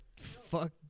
fuck